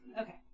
Okay